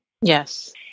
Yes